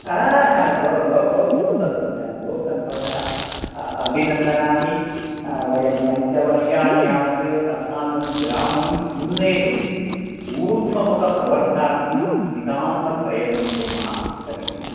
आ हा बहु बहु बहु बहु बहु सन्तोषः बहु सन्तोषः अभिनन्दनानि वयं पञ्चवर्षाणि यावत् अस्माकं ग्रामम् उन्नेतुम् ऊर्ध्वमुखप्रवर्धार्थं नितान्तं प्रयन्तं कुर्मः समीचीनम् आ सन्तोषः